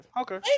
okay